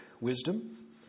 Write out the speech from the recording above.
wisdom